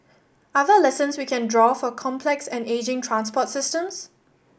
are there lessons we can draw for complex and ageing transport systems